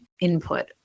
input